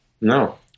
No